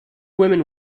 women